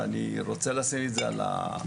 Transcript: ואני רוצה לשים את זה על השולחן,